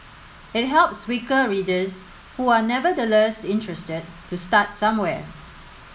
it helps weaker readers who are nevertheless interested to start somewhere